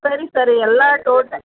ಸರಿ ಸರ್ ಎಲ್ಲ ಟೋಟ